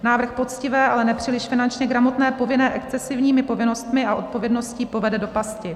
Návrh poctivé, ale nepříliš finančně gramotné povinné excesivními povinnostmi a odpovědností povede do pasti.